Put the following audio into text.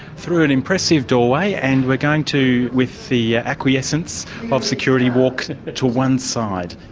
through an impressive doorway and we're going to, with the acquiescence of security, walk to one side.